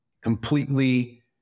completely